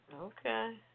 Okay